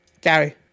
Gary